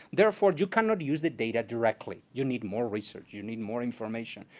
therefore you cannot use the data directly. you need more research. you need more information.